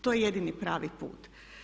To je jedini pravi put.